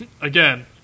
Again